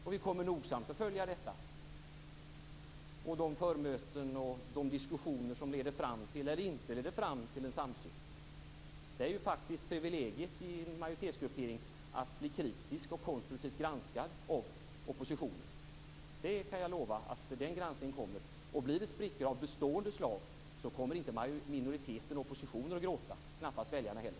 Och vi kommer nogsamt att följa detta och de förmöten och diskussioner som leder fram till eller inte leder fram till en samsyn. Det är faktiskt privilegiet i en majoritetsgruppering att bli kritiskt och konstruktivt granskad av oppositionen. Jag kan lova att den granskningen kommer. Och om det blir sprickor av bestående slag kommer minoriteten och oppositionen inte att gråta, knappast väljarna heller.